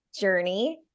journey